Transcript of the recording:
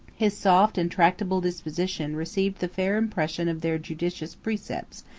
his soft and tractable disposition received the fair impression of their judicious precepts,